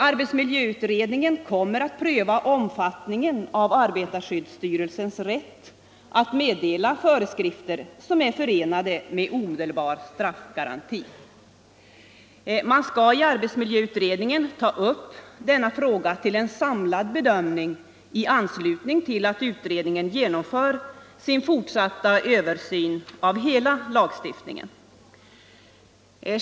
Arbetsmiljöutredningen kommer att pröva omfattningen av arbetarskyddsstyrelsens rätt att meddela föreskrifter som är förenade med omedelbar straffgaranti. Man skall i arbetsmiljöutredningen ta upp denna fråga till en samlad bedömning i anslutning till att utredningen genomför sin fortsatta översyn av hela lagstiftningen.